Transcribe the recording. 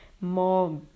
More